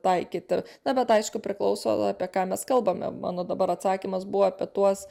taikyti na bet aišku priklauso apie ką mes kalbame mano dabar atsakymas buvo apie tuos